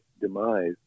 demise